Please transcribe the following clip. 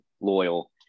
loyal